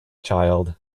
child